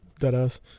Deadass